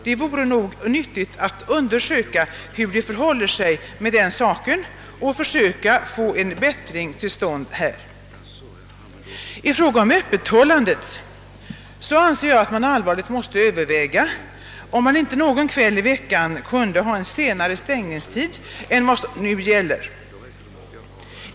Det vore nog nyttigt att undersöka, hur det förhåller sig med den saken och försöka få en bättring till stånd härvidlag. I fråga om Ööppethållandet anser jag att man allvarligt måste överväga, om det inte vore möjligt att en kväll i veckan ha senare stängningstid än den nu gällande.